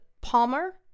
Palmer